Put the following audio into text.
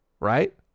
Right